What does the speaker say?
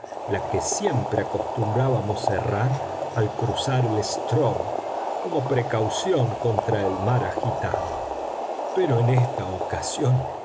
la que siempre acostumbrábamos cerrar al cruzar el strm como precaución contra el mar agitado pero en esta ocasión